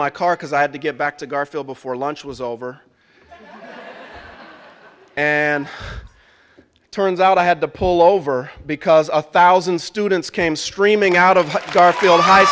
my car because i had to get back to garfield before lunch was over and turns out i had to pull over because a thousand students came streaming out of garfield